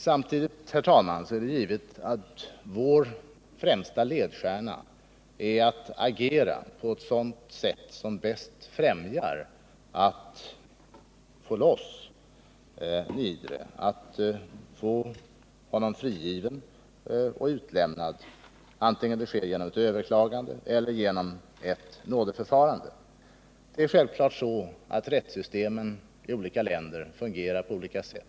Samtidigt är det givet att vår främsta ledstjärna är att agera på ett sätt som bäst främjar våra strävanden att få Laimons Niedre frigiven och utlämnad, vare sig det sker genom ett överklagande eller genom ett nådeförfarande. Det är självfallet så att rättssystemen i olika länder fungerar på olika sätt.